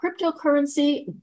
cryptocurrency